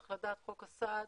צריך לדעת, חוק הסעד